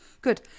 good